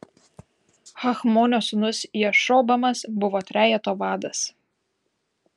hachmonio sūnus jašobamas buvo trejeto vadas